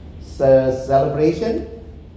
celebration